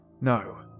no